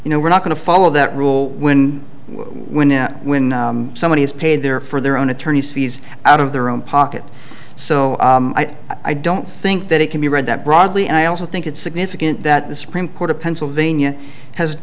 you know we're not going to follow that rule when when when somebody has paid their for their own attorney's fees out of their own pocket so i don't think that it can be read that broadly and i also think it's significant that the supreme court of pennsylvania has